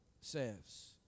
says